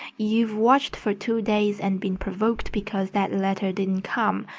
you've watched for two days and been provoked because that letter didn't come.